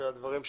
לי להוסיף על מה